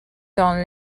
dans